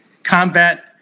Combat